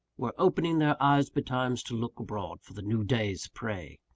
were opening their eyes betimes to look abroad for the new day's prey!